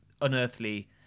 unearthly